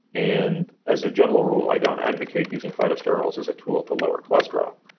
and as a general rule, i don't advocate using phytosterols as a tool to lower cholesterol.